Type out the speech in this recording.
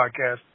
Podcast